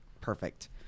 perfect